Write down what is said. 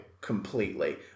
completely